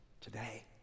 today